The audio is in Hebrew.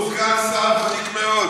הוא סגן שר ותיק מאוד.